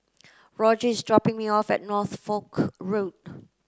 Rodger is dropping me off at Norfolk Road